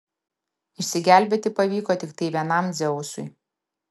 išsigelbėti pavyko tiktai vienam dzeusui